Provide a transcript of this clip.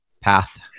path